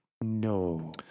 No